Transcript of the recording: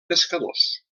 pescadors